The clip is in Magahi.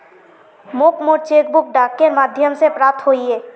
मोक मोर चेक बुक डाकेर माध्यम से प्राप्त होइए